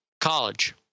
college